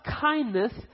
kindness